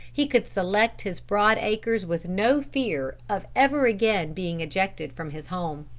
he could select his broad acres with no fear of ever again being ejected from his home.